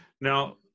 Now